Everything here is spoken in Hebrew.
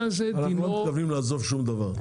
אנחנו לא מתכוונים לעזוב שום דבר.